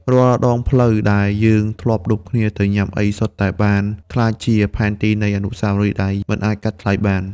រាល់ដងផ្លូវដែលយើងធ្លាប់ឌុបគ្នាទៅញ៉ាំអី សុទ្ធតែបានក្លាយជាផែនទីនៃអនុស្សាវរីយ៍ដែលមិនអាចកាត់ថ្លៃបាន។